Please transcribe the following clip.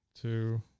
two